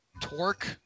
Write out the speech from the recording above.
torque